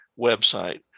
website